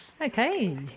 okay